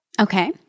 okay